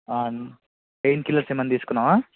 painkillers ఏమన్న తీసుకున్నావా